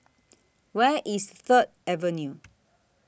Where IS Third Avenue